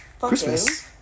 Christmas